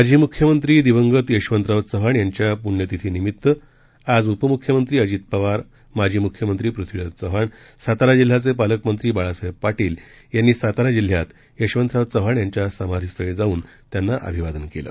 माजी मुख्यमंत्री दिवंगत यशवंतराव चव्हाण यांच्या पुण्यतिथी निमित्त आज उपमुख्यमंत्री अजित पवार माजी मुख्यमंत्री पुथ्वीराज चव्हाण सातारा जिल्ह्याचे पालकमंत्री बाळासाहेब पाटील यांनी सातारा जिल्ह्यात यशवंतराव चव्हाण यांच्या समाधीस्थळी जाऊन त्यांना अभिवादन केलं